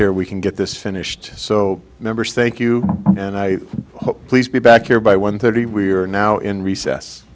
here we can get this finished so members thank you and i hope please be back here by one thirty we are now in recess